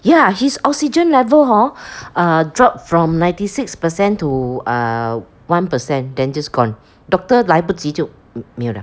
ya his oxygen level hor uh drop from ninety six percent to uh one percent than just gone doctor 来不及就没有 liao